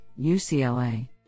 UCLA